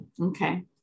Okay